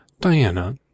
diana